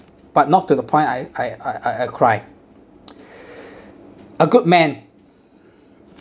but not to the point I I I I I cry a good man